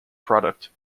product